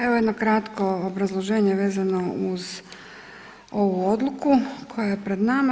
Evo jedno kratko obrazloženje vezano uz ovu odluku koja je pred nama.